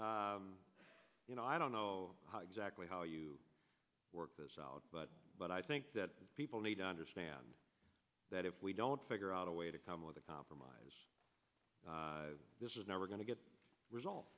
bill you know i don't know exactly how you work this out but but i think that people need to understand that if we don't figure out a way to come with a compromise this is never going to get resolved